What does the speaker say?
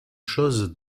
chose